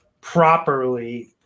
properly